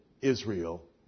Israel